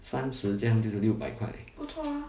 三十这样就是六百块 eh